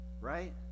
right